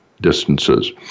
distances